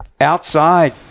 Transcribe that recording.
outside